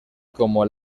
como